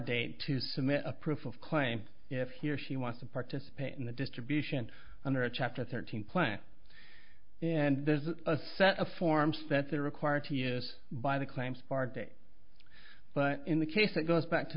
day to submit a proof of claim if he or she wants to participate in the distribution under a chapter thirteen plan and there's a set of forms that they're required to use by the claims party but in the case that goes back to